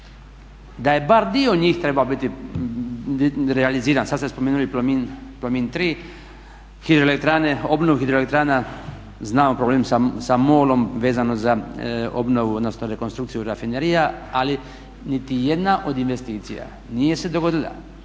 da je bar dio njih trebao biti realiziran. Sada ste spomenuli Plomin 3, obnovu hidroelektrana znam problem sa MOL-om svezano za obnovu odnosno rekonstrukciju rafinerija, ali niti jedna od investicija nije se dogodila.